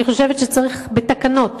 אני חושבת שצריך לאסור בתקנות